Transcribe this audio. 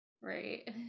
Right